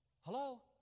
Hello